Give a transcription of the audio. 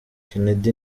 kennedy